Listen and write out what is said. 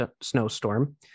snowstorm